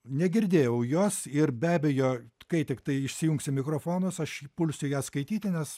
negirdėjau jos ir be abejo kai tiktai išsijungsiu mikrofonus aš pulsiu ją skaityti nes